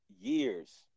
years